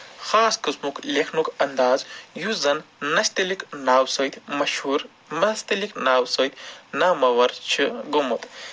خاص قٕسمُک لٮ۪کھنُک اَنداز یُس زَن نستعلیق ناوٕ سۭتۍ مَشہوٗر نستعلیق ناو سۭتۍ نامور چھِ گوٚمُت